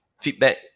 feedback